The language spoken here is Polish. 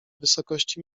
wysokości